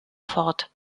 fort